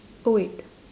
oh wait